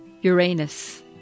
Uranus